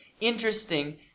interesting